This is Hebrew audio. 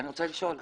אני שואלת.